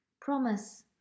Promise